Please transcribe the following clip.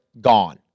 gone